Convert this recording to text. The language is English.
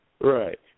Right